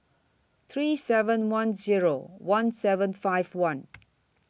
three seven one Zero one seven five one